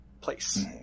place